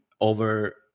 over